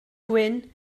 gwyn